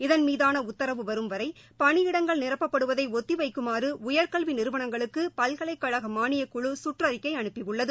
இதன் மீதான உத்தரவு வரும் வரை பணியிடங்கள் நிரப்பபடுவதை ஒத்தி வைக்குமாறு உயர்கல்வி நிறுவனங்களுக்கு பல்கலைக்கழக மானியக்குழு சுற்றறிக்கை அனுப்பியுள்ளது